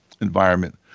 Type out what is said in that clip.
environment